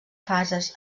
fases